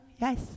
yes